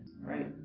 Right